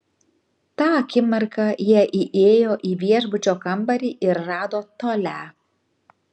tą akimirką jie įėjo į viešbučio kambarį ir rado tolią